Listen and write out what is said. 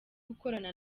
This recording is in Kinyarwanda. gukorana